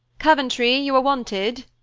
coventry, you are wanted,